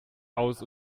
aus